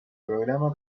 programa